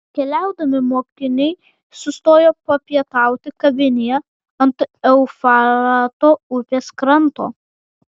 keliaudami mokiniai sustojo papietauti kavinėje ant eufrato upės kranto